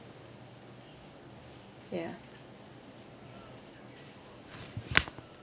yeah